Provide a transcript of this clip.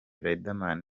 riderman